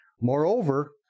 Moreover